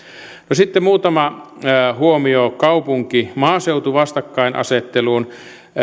sitten muutama huomio kaupunki maaseutu vastakkainasetteluun